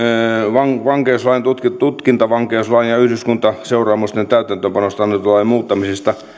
vankeuslain tutkintavankeuslain ja yhdyskuntaseuraamusten täytäntöönpanosta annetun lain muuttamisesta